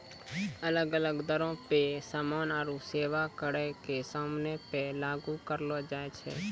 अलग अलग दरो पे समान आरु सेबा करो के समानो पे लागू करलो जाय छै